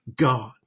god